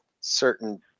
certain